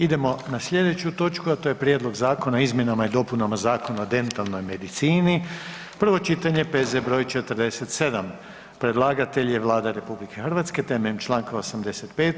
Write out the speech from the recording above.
Idemo na sljedeću točku, a to je: - Prijedlog zakona o izmjenama i dopunama Zakona o dentalnoj medicini, prvo čitanje, P.Z. br. 47 Predlagatelj je Vlada RH na temelju čl. 85.